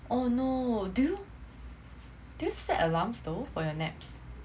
oh no do you do you set alarms though for your naps